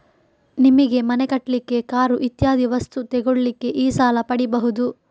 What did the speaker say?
ನಿಮಿಗೆ ಮನೆ ಕಟ್ಲಿಕ್ಕೆ, ಕಾರು ಇತ್ಯಾದಿ ವಸ್ತು ತೆಗೊಳ್ಳಿಕ್ಕೆ ಈ ಸಾಲ ಪಡೀಬಹುದು